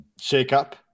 shake-up